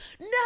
No